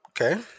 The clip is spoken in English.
Okay